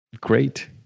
great